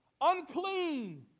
unclean